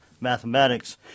mathematics